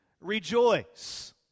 Rejoice